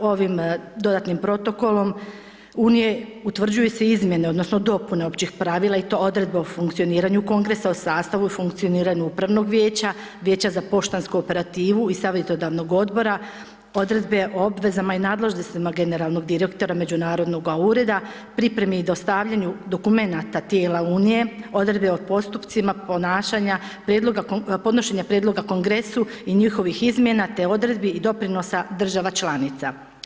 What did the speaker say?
ovim dodatnim protokolom unije utvrđuju se izmjene odnosno dopune općih pravila i to odredbe o funkcioniranju kongresa, o sastavu i funkcioniranju upravnog vijeća, vijeća za poštansku operativu i savjetodavnog odbora, odredbe o obvezama i nadležnostima generalnog direktora međunarodnoga ureda, pripremi i dostavljanju dokumenata tijela unije, odredbe o postupcima ponašanja, prijedloga, podnošenja prijedloga kongresu i njihovih izmjena te odredbi i doprinosa država članica.